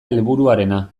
helburuarena